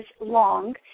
long